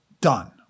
done